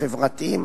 החברתיים,